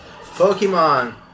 Pokemon